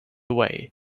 away